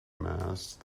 mast